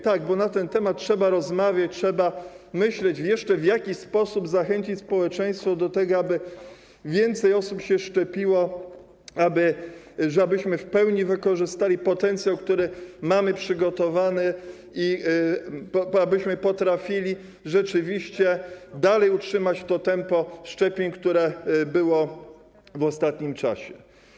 Tak, bo na ten temat trzeba rozmawiać, trzeba myśleć, w jaki jeszcze sposób zachęcić społeczeństwo do tego, aby więcej osób się szczepiło, żebyśmy w pełni wykorzystali potencjał, który mamy przygotowany, i abyśmy potrafili rzeczywiście dalej utrzymać to tempo szczepień, które było w ostatnim czasie.